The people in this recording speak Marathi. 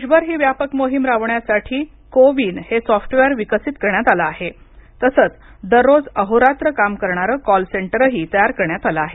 देशभर ही व्यापक मोहीम राबवण्यासाठी को विन हे सॉफ्टवेअर विकसित करण्यात आलं आहे तसंच दररोज अहोरात्र काम करणारं कॉल सेंटरही तयार करण्यात आलं आहे